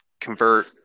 convert